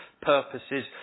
purposes